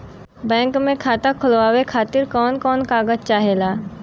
Bank मे खाता खोलवावे खातिर कवन कवन कागज चाहेला?